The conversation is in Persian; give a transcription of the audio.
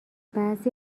بعضی